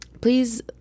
please